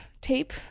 Tape